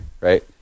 Right